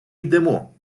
йдемо